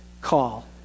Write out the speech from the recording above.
call